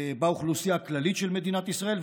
באוכלוסייה הכללית של מדינת ישראל.